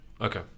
Okay